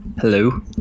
hello